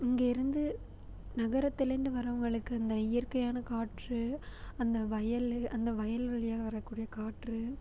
இங்கேருந்து நகரத்துலேருந்து வரவங்களுக்கு இந்த இயற்கையான காற்று அந்த வயல் அந்த வயல்வெளியாக வரக் கூடிய காற்று